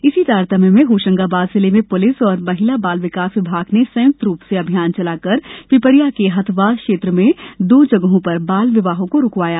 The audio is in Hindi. इसी तारतम्य में होशंगाबाद जिले में पुलिस और महिला बाल विकास ने संयुक्त रूप से अभियान चलाकर पिपरिया के हथवास क्षेत्र में दो जगहों पर बाल विवाहों को रुकवाया